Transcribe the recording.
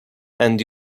and